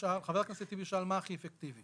חבר הכנסת טיבי שאל מה הכי אפקטיבי.